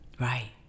right